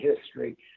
history